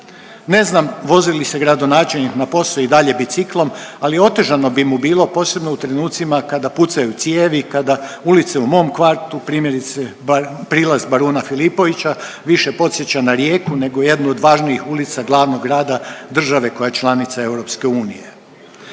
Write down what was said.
Ne znam vozi li se gradonačelnik na posao i dalje biciklom, ali otežano bi mu bilo, posebno u trenucima kada pucaju cijevi, kada ulice u mom kvartu, primjerice Prilaz baruna Flipovića više podsjeća na rijeku nego jednu od važnijih ulica glavnog grada države koja je članica EU.